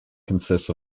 consists